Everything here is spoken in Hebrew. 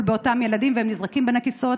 באותם ילדים והם נזרקים בין הכיסאות.